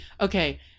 okay